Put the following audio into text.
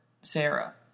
Sarah